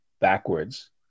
backwards